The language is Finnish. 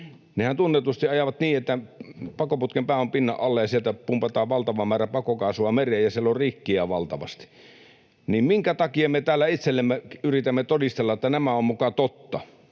Nehän tunnetusti ajavat niin, että pakoputken pää on pinnan alla ja sieltä pumpataan valtava määrä pakokaasua mereen, ja siellä on rikkiä valtavasti. Minkä takia me täällä itsellemme yritämme todistella, että nämä ovat muka totta?